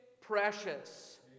precious